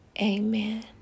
Amen